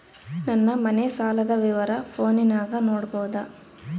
ನನ್ನ ಮನೆ ಸಾಲದ ವಿವರ ಫೋನಿನಾಗ ನೋಡಬೊದ?